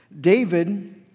David